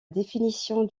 définition